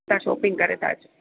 त शॉपिंग करे था अचूं